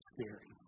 Scary